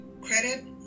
credit